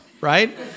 right